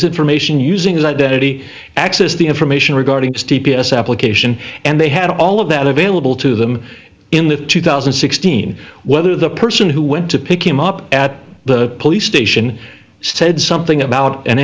information using his identity access the information regarding steve p s application and they had all of that available to them in the two thousand and sixteen whether the person who went to pick him up at the police station said something about an